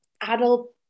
adult